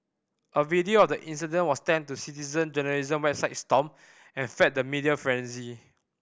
a video of the incident was sent to citizen journalism website Stomp and fed the media frenzy